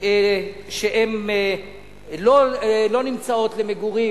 שלא נמצאות למגורים,